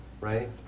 right